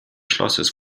schlosses